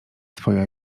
twoja